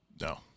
No